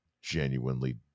genuinely